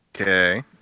Okay